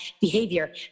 behavior